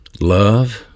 Love